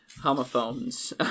homophones